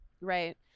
Right